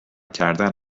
کردن